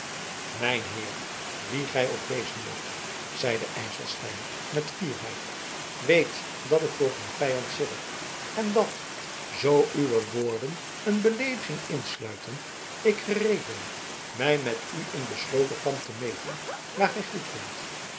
mijn heer wie gij ook wezen moogt zeide ijselstein met fierheid weet dat ik voor geen vijand sidder en dat zoo uwe woorden een beleediging insluiten ik gereed ben mij met u in besloten kamp te meten waar gij